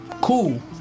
Cool